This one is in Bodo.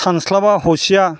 सानस्लाबा हसिया